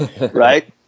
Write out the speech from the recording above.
right